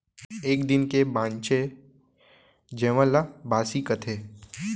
एक दिन के बांचे जेवन ल बासी कथें